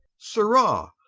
sirrha,